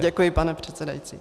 Děkuji, pane předsedající.